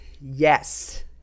Yes